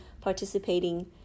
participating